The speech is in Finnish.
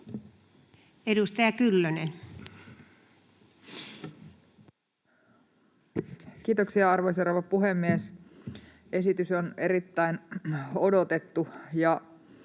Edustaja Kyllönen. Kiitoksia, arvoisa rouva puhemies! Esitys on erittäin odotettu